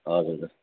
हजुर